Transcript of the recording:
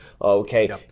okay